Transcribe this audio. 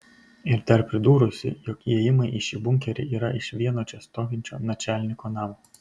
ir dar pridūrusi jog įėjimai į šį bunkerį yra iš vieno čia stovinčio načalniko namo